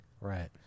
Right